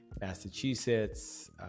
Massachusetts